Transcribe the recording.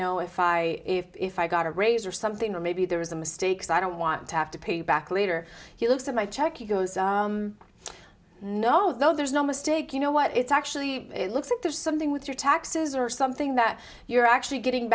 know if i if i got a raise or something or maybe there is a mistake so i don't want to have to pay you back later he looked at my check you go no there's no mistake you know what it's actually looks like there's something with your taxes or something that you're actually getting